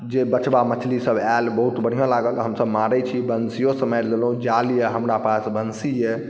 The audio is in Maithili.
जे बचबा मछलीसब आएल बहुत बढ़िआँ लागल हमसब मारै छी बन्सिओसँ मारि लेलहुँ जाल अइ हमरा पास बन्सी अइ